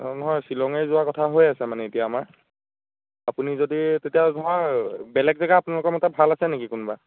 অঁ নহয় শ্বিলঙেই যোৱা কথা হৈ আছে মানে এতিয়া আমাৰ আপুনি যদি তেতিয়া নহয় বেলেগ জেগা আপোনালোকৰ মতে ভাল আছে নেকি কোনোবা